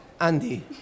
Andy